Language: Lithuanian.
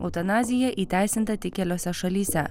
eutanazija įteisinta tik keliose šalyse